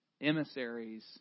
emissaries